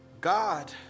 God